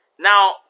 Now